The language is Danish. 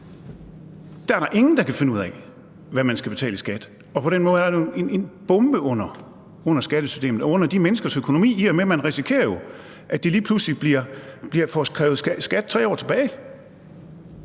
– er der ingen, der kan finde ud af, hvad man skal betale i skat, og at det på den måde er en bombe under skattesystemet og under de menneskers økonomi, i og med at man jo risikerer, at man lige pludselig bliver opkrævet skat 3 år tilbage?